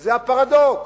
וזה הפרדוקס: